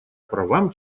правам